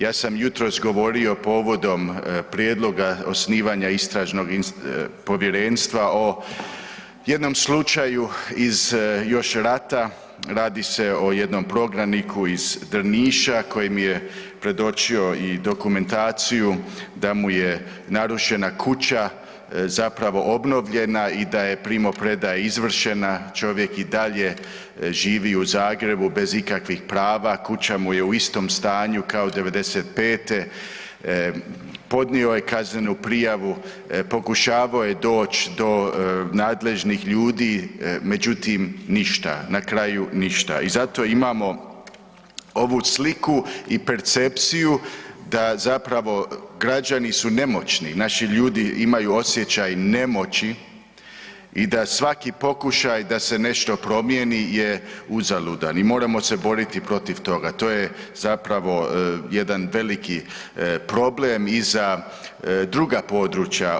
Ja sam jutros govorio povodom prijedloga osnivanja Istražnog povjerenstva o jednom slučaju iz još rata, radi se o prognaniku iz Drniša koji mi je predočio i dokumentaciju da mu je narušena kuća zapravo obnovljena i da je primopredaja izvršena, čovjek i dalje živi u Zagrebu bez ikakvih prava, kuća mu je u istom stanju kao '95., podnio je kaznenu prijavu, pokušavao doći do nadležnih ljudi, međutim ništa, na kraju ništa i zato imamo ovu sliku i percepciju da zapravo građani su nemoćni, naši ljudi imaju osjećaj nemoći i da svaki pokušaj da se nešto promijeni je uzaludan i moramo se boriti protiv toga, to je zapravo jedan veliki problem i za druga područja.